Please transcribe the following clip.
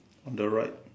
on the right